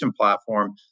platform